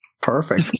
Perfect